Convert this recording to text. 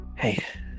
Hey